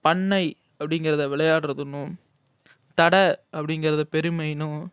பண்ணை அப்படிங்கிறத விளையாடுறதுன்னும் தட அப்படிங்கிறத பெருமைன்னும்